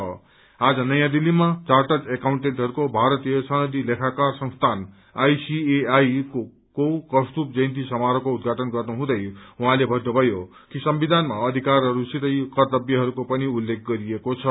हाज नयाँ दिल्लीमा र्चाटर्ड अकाउन्टेन्टहरूको भारतीय सनदी लेखाकार संस्थान आईसीएआई को कौस्तुभ जयन्ती समरोहको उद्घाटन गर्नुहँदै उहाँले भन्नुभयो कि संविधानमा अधिकारहरूसितै कर्तब्यहरूको पनि उल्लेख गरिएको छ